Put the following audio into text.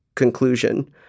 conclusion